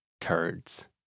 turds